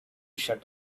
shut